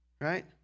right